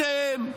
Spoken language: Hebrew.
אתם.